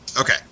Okay